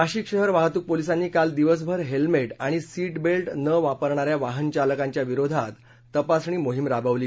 नाशिक शहर वाहतूक पोलिसांनी काल दिवसभर हेल्मेट आणि सीट बेल्ट न वापरणाऱ्या वाहन चालकांच्या विरोधात तपासणी मोहीम राबविली